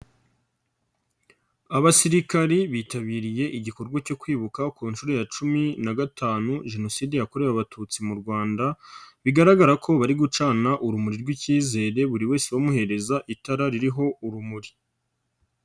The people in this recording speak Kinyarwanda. Abasirikari bitabiriye igikorwa cyo kwibuka ku nshuro ya cumi na gatanu Jenoside yakorewe Abatutsi mu Rwanda, bigaragara ko bari gucana urumuri rw'ikizere buri wese bamuhereza itara ririho urumuri.